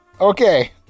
Okay